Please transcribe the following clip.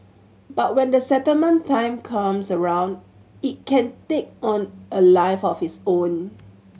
but when the settlement time comes around it can take on a life of its own